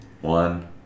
One